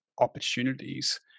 opportunities